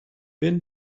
been